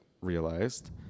realized